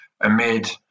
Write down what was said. amid